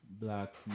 Black